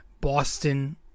Boston